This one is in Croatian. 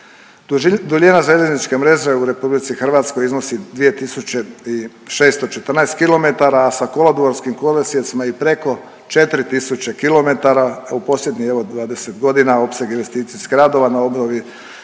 Duljina zajedničke mreže u RH iznosi 2614 km, a sa kolodvorskim kolosijecima i preko 4000 km, u posljednjih, evo, 20 godina, opseg investicijskih radova na obnovi